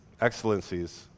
excellencies